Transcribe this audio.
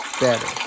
better